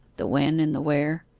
the when and the where.